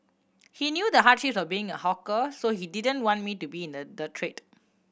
he knew the hardships of being a hawker so he didn't want me to be in the the trade